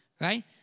right